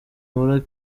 muri